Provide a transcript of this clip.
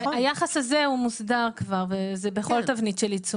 היחס הזה הוא מוסדר כבר וזה בכל תבנית של עיצום.